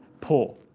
poor